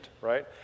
right